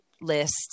list